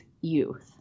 youth